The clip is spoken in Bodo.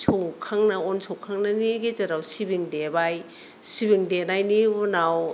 सौखांना अन सौखांनायनि गेजेराव सिबिं देबाय सिबिं देनायनि उनाव